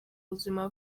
buzima